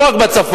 לא רק בצפון,